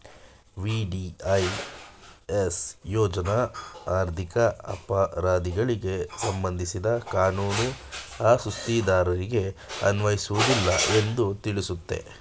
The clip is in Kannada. ವಿ.ಡಿ.ಐ.ಎಸ್ ಯೋಜ್ನ ಆರ್ಥಿಕ ಅಪರಾಧಿಗಳಿಗೆ ಸಂಬಂಧಿಸಿದ ಕಾನೂನು ಆ ಸುಸ್ತಿದಾರರಿಗೆ ಅನ್ವಯಿಸುವುದಿಲ್ಲ ಎಂದು ತಿಳಿಸುತ್ತೆ